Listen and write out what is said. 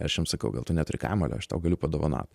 aš jam sakau gal tu neturi kamuolio aš tau galiu padovanot